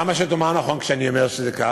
למה שתאמר נכון כשאני אומר שזה כך?